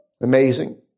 Amazing